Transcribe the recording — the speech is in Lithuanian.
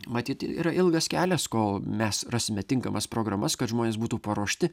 matyt yra ilgas kelias kol mes rasime tinkamas programas kad žmonės būtų paruošti